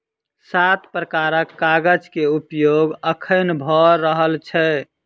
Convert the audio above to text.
सात प्रकारक कागज के उपयोग अखैन भ रहल छै